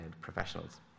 professionals